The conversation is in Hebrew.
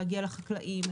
להגיע לחקלאים,